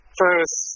first